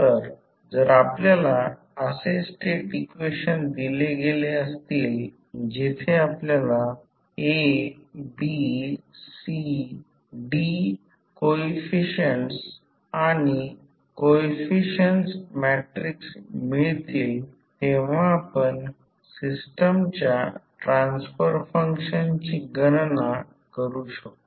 तर जर आपल्याला असे स्टेट इक्वेशन दिले गेले असतील जिथे आपल्याला A B C D coefficients किंवा कोइफिसिएंट्स मॅट्रिक्स मिळतील तेव्हा आपण सिस्टमच्या ट्रान्सफर फंक्शनची गणना करू शकतो